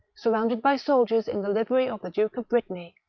surrounded by soldiers in the livery of the duke of brittany,